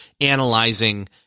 analyzing